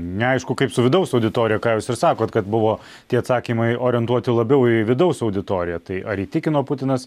neaišku kaip su vidaus auditorija ką jūs ir sakot kad buvo tie atsakymai orientuoti labiau į vidaus auditoriją tai ar įtikino putinas